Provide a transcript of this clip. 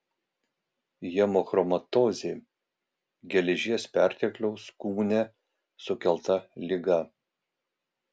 hemochromatozė geležies pertekliaus kūne sukelta liga